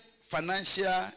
financial